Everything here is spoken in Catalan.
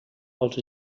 els